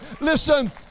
listen